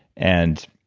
and